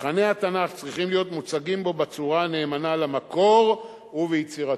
תוכני התנ"ך צריכים להיות מוצגים בו בצורה הנאמנה למקור וביצירתיות".